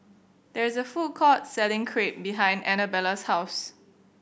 there is a food court selling Crepe behind Annabella's house